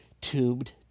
tubed